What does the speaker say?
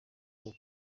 bwo